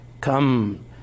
come